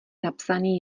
napsaný